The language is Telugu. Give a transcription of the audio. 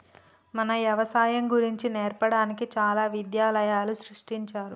మన యవసాయం గురించి నేర్పడానికి చాలా విద్యాలయాలు సృష్టించారు